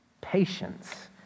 patience